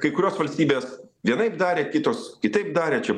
kai kurios valstybės vienaip darė kitos kitaip darė čia